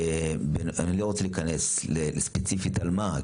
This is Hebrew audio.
אני לא רוצה להיכנס ספציפית על מה,